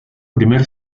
primer